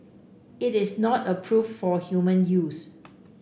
it is not approved for human use